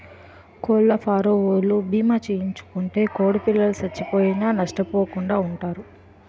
కోళ్లఫారవోలు భీమా చేయించుకుంటే కోడిపిల్లలు సచ్చిపోయినా నష్టపోకుండా వుంటారు